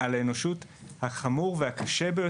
--- לא קיבלנו שום השגה.